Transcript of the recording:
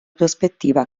prospettiva